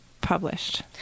published